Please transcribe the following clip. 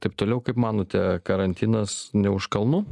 taip toliau kaip manote karantinas ne už kalnų